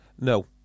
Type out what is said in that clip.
No